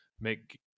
make